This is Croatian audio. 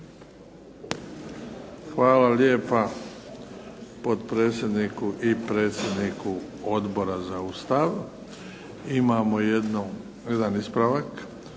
Hvala lijepa potpredsjedniku i predsjedniku Odbora za Ustav. Imamo jedan ispravak,